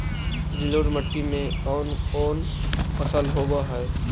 जलोढ़ मट्टी में कोन कोन फसल होब है?